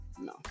No